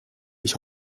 ich